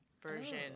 version